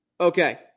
Okay